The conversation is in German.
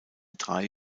drei